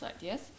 yes